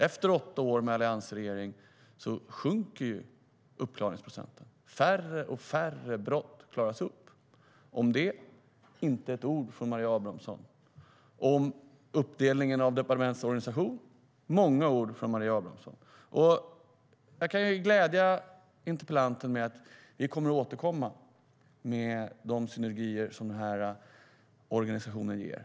Efter åtta år med alliansregeringen sjunker uppklaringsprocenten. Färre och färre brott klaras upp. Om det har vi inte hört ett ord från Maria Abrahamsson. Om uppdelningen av departementsorganisationen har vi hört många ord från Maria Abrahamsson.Jag kan glädja interpellanten med att vi kommer att återkomma med de synergieffekter som organisationen ger.